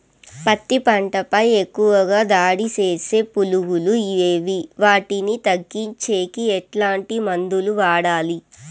పత్తి పంట పై ఎక్కువగా దాడి సేసే పులుగులు ఏవి వాటిని తగ్గించేకి ఎట్లాంటి మందులు వాడాలి?